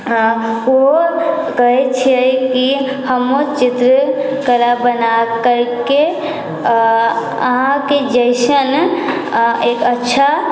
ओहो कहै छियै कि हमहुँ चित्रकला बना के अहाँके जैसन एक अच्छा